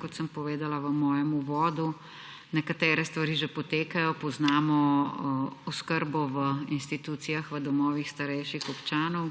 kot sem povedala v mojem uvodu. Nekatere stvari že potekajo, poznamo oskrbo v institucijah, v domovih starejših občanov,